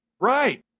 Right